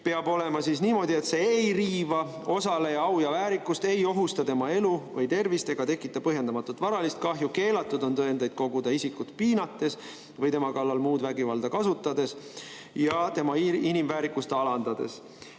peab olema niimoodi, et see ei riiva osaleja au ja väärikust, ei ohusta tema elu või tervist ega tekita põhjendamatut varalist kahju. Keelatud on tõendeid koguda isikut piinates või tema kallal muud vägivalda kasutades ja tema inimväärikust alandades. Selge